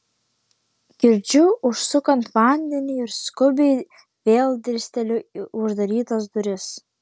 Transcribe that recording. girdžiu užsukant vandenį ir skubiai vėl dirsteliu į uždarytas duris